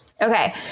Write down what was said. Okay